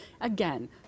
again